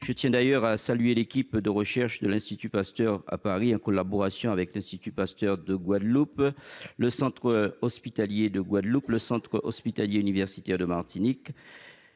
je tiens d'ailleurs à saluer l'équipe de chercheurs de l'Institut Pasteur à Paris, qui, en collaboration avec l'Institut Pasteur de Guadeloupe, le centre hospitalier universitaire de Guadeloupe, le centre hospitalier universitaire de Martinique,